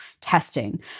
testing